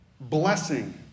Blessing